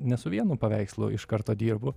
ne su vienu paveikslu iš karto dirbu